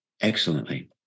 excellently